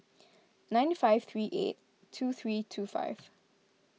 nine five three eight two three two five